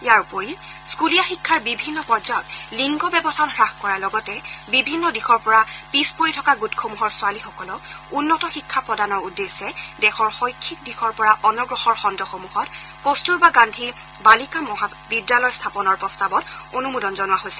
ইয়াৰ উপৰি স্ফুলীয়া শিক্ষাৰ বিভিন্ন পৰ্যায়ত লিংগ ব্যৱধান হাস কৰাৰ লগতে বিভিন্ন দিশৰ পৰা পিছ পৰি থকা গোটসমূহৰ ছোৱালীসকলক উন্নত শিক্ষা প্ৰদানৰ উদ্দেশ্যে দেশৰ শৈক্ষিক দিশৰ পৰা অনগ্ৰসৰ খণ্ডসমূহৰ কস্তুৰবা গান্ধী বালিকা বিদ্যালয় স্থাপনৰ প্ৰস্তাৱত অনুমোদন জনাইছে